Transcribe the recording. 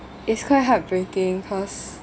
it's quite heartbreaking cause